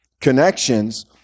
connections